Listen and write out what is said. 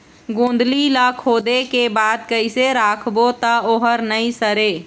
गोंदली ला खोदे के बाद कइसे राखबो त ओहर नई सरे?